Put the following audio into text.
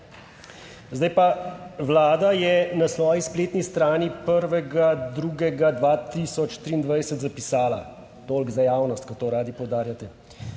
zdaj pa, vlada je na svoji spletni strani 1. 2. 2023 zapisala - toliko za javnost, kot to radi poudarjate